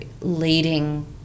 leading